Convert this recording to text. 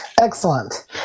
excellent